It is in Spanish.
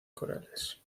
corales